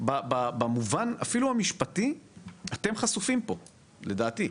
במובן אפילו המשפטי אתם חשופים פה לדעתי.